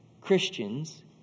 Christians